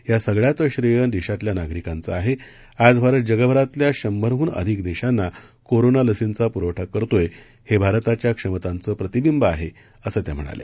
या सगळ्याचं श्रेय देशातल्या नागरिकांचं आहे आज भारत जगभरातल्या शंभरहून अधिक देशांना कोरोना लसींचा पुरवठा करतोय हे भारताच्या क्षमतांचं प्रतिविंब आहे असं त्या म्हणाल्या